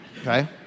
okay